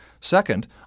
Second